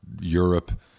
Europe